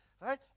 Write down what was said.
right